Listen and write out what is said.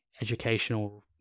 educational